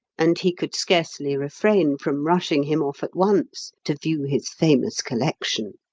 and he could scarcely refrain from rushing him off at once to view his famous collection.